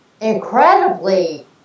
incredibly